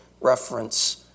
reference